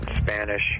Spanish